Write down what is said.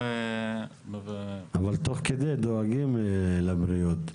אבל תוך כדי דואגים לבריאות.